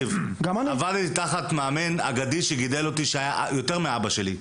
עבדתי תחת מאמן אגדי שגידל אותי שהיה יותר מאבא שלי.